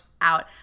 Out